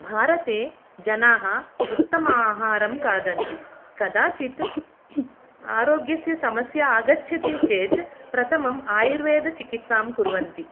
भारते जनाः उत्तमाहारः खादन्ति कदाचित् आरोग्यस्य समस्या आगच्छति चेत् प्रथमम् आयुर्वेदचिकित्सां कुर्वन्ति